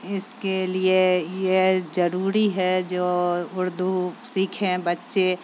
اس کے لیے یہ ضروری ہے جو اردو سیکھیں بچے